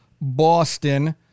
Boston